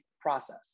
process